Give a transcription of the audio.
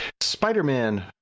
Spider-Man